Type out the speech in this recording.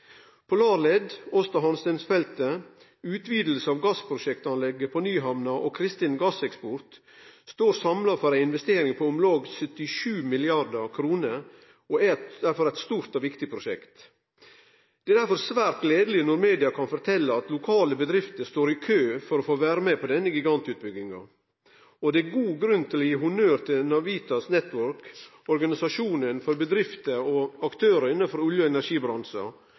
på Nyhamna og Kristin gasseksport står samla for ei investering på om lag 77 mrd. kr og er derfor eit stort og viktig prosjekt. Det er svært gledeleg når media kan fortelje at lokale bedrifter står i kø for å få vere med på denne gigantutbygginga, og det er god grunn til å gi honnør til Navitas Network – organisasjonen for bedrifter og aktørar innanfor olje- og energibransjen